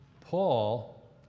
Paul